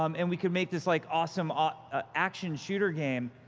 um and we could make this like awesome ah ah action-shooter game.